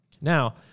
Now